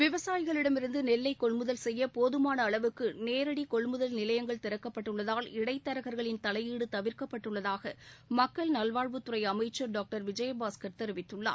விவசாயிகளிடமிருந்து நெல்லை கொள்முதல் செய்ய போதுமான அளவுக்கு நேரடி கொள்முதல் நிலையங்கள் திறக்கப்பட்டுள்ளதால் இடைத்தரகர்களின் தலையீடு தவிர்க்கப்பட்டுள்ளதாக மக்கள் நல்வாழ்வுத்துறை அமைச்சர் டாக்டர் சி விஜயபாஸ்கர் தெரிவித்துள்ளார்